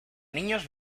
niños